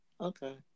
Okay